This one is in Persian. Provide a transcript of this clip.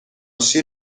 شیر